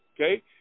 okay